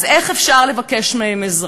אז איך אפשר לבקש מהם עזרה?